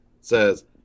says